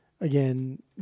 again